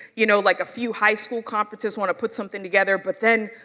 you know, like a few high school conferences want to put something together, but then,